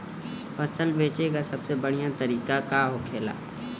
फसल बेचे का सबसे बढ़ियां तरीका का होखेला?